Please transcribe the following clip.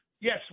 yes